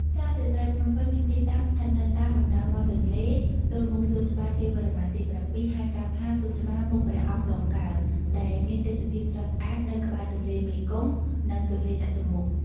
ផ្សាររាត្រីភ្នំពេញមានទីតាំងស្ថិតនៅតាមបណ្ដោយមាត់ទន្លេ ទល់មុខសួនច្បារជ័យវរ្ម័នទី៧ ហៅកាត់ថាសួនច្បារមុខព្រះអង្គដងកើ ដែលមានទេសភាពស្រស់ស្អាតនៅក្បែរទន្លេមេគង្គ និងទន្លេចតុមុខ។